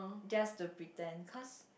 just to pretend cause